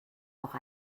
auch